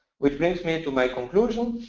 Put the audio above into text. which brings me to my conclusion.